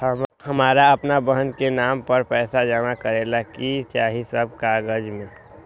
हमरा अपन बहन के नाम पर पैसा जमा करे ला कि सब चाहि कागज मे?